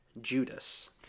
Judas